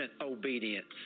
obedience